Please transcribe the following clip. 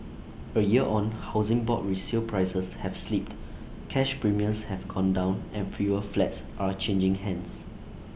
A year on Housing Board resale prices have slipped cash premiums have gone down and fewer flats are changing hands